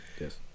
yes